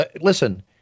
Listen